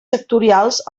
sectorials